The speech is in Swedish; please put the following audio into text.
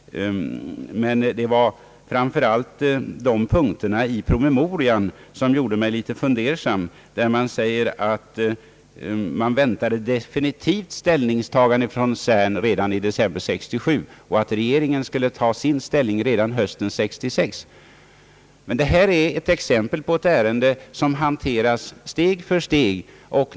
Men vad som gjorde mig fundersam var framför allt de punkter i promemorian, där man säger att man väntade definitivt ställningstagande från CERN redan i december 1967 och att regeringen skulle ta ställning redan hösten 1966. Detta är ett exempel på ett ärende, som hanteras steg för steg.